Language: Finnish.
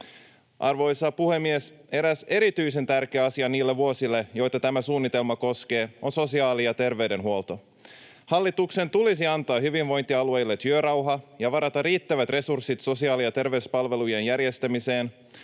Arvoisa puhemies! Eräs erityisen tärkeä asia niille vuosille, joita tämä suunnitelma koskee, on sosiaali- ja terveydenhuolto. Hallituksen tulisi antaa hyvinvointialueille työrauha ja varata riittävät resurssit sosiaali- ja terveyspalvelujen järjestämiseen.